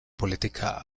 política